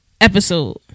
episode